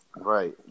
Right